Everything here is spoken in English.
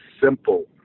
simple